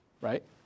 right